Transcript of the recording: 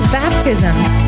baptisms